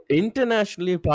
internationally